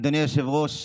אדוני היושב-ראש,